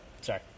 Sorry